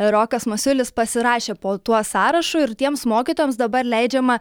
rokas masiulis pasirašė po tuo sąrašu ir tiems mokytojams dabar leidžiama